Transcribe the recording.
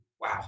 wow